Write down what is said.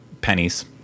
pennies